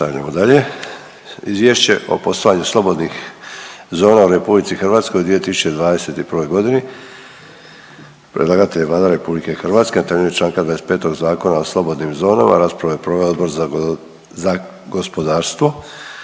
Izvješće o poslovanju slobodnih zona u Republici Hrvatskoj u 2021. godini; Predlagatelj je Vlada RH na temelju čl. 25. Zakona o slobodnim zonama. Raspravu je proveo Odbor za gospodarstvo.